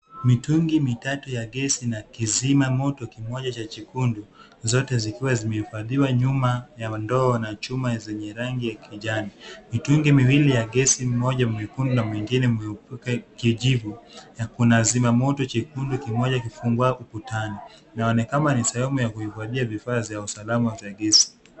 Mitungi mitatu ya gesi ina kizima moto kimoja cha chekundu, zote zikiwa zimehifadhiwa nyuma ya ndoo na chuma zenye rangi ya kijani. Mitungi miwili ya gesi, mmoja mwekundu na mwingine mweupe kijivu na kuna zimamoto chekundu kimoja kifungwako ukutani. Inaonekana ni sehemu ya kuhifadhia vifaa vya usalama vya gesi.